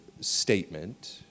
statement